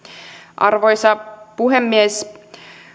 arvoisa puhemies